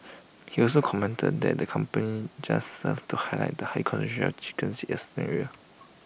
he also commented that the complain just served to highlight the high concentration of chickens in A certain area